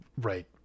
right